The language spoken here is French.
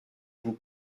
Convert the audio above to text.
vous